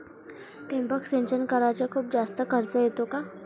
ठिबक सिंचन कराच खूप जास्त खर्च येतो का?